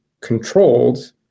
controlled